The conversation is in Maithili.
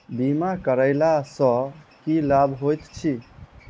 बीमा करैला सअ की लाभ होइत छी?